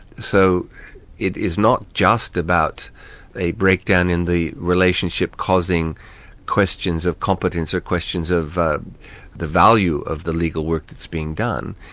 so it is not just about a breakdown in the relationship causing questions of competence or questions of the value of the legal work that's being done,